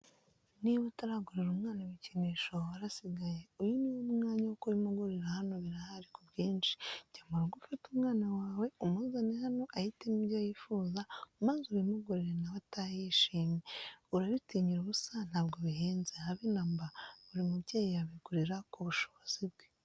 Niba utaragurira umwana ibikinisho warasigaye uyu niwo mwanya wo kubimugurira hano birahari kubwinshi jya murugo ufate umwana wawe umuzane hano ahitemo ibyo yifuza maze ubimuguriri nawe atahe yishimye urabitinyira ubusa ntabwo bihenze habe namba buri mubyeyi yabigura kubushobozi bwe.